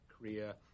Korea